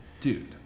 dude